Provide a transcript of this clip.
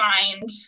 find